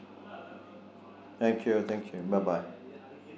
thank you thank you bye bye